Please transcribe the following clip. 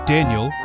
Daniel